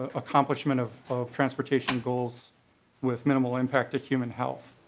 accomplishment of transportation goals with minimal impact to human health.